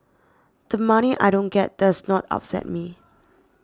the money I don't get does not upset me